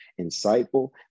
insightful